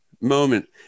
moment